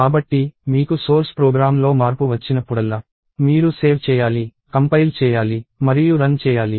కాబట్టి మీకు సోర్స్ ప్రోగ్రామ్లో మార్పు వచ్చినప్పుడల్లా మీరు సేవ్ చేయాలి కంపైల్ చేయాలి మరియు రన్ చేయాలి